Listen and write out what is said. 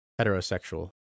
Heterosexual